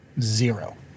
zero